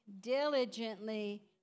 diligently